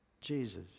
Jesus